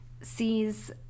sees